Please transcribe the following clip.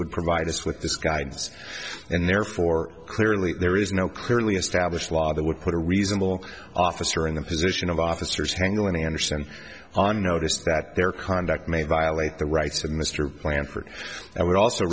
would provide us with this guidance and therefore clearly there is no clearly established law that would put a reasonable officer in the position of officers hangal any understand on notice that their conduct may violate the rights of mr plan for i would also